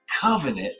Covenant